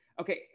Okay